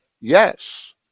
yes